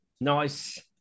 Nice